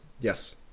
Yes